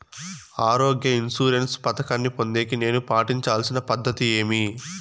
ఆరోగ్య ఇన్సూరెన్సు పథకాన్ని పొందేకి నేను పాటించాల్సిన పద్ధతి ఏమి?